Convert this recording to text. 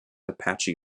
apache